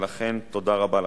ולכן, תודה רבה לכם.